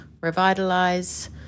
revitalize